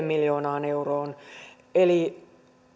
miljoonaan euroon eli